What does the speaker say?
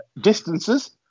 distances